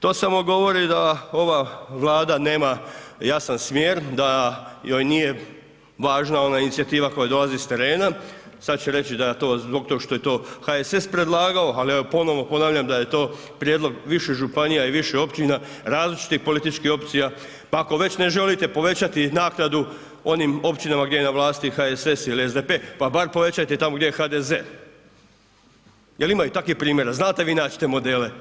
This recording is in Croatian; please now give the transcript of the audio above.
To samo govori da ova Vlada nema jasan smjer, da joj nije važna ona inicijativa koja dolazi s terena, sad će reći da je to zbog tog što je to HSS predlagao, ali evo ponovo ponavljam da je to prijedlog više županija i više općina, različitih političkih opcija, pa ako već ne želite povećati naknadu onim općinama gdje je na vlasti HSS ili SDP, pa bar povećajte tamo gdje je HDZ, jel ima i takvih primjera, znate vi nać te modele.